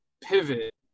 pivot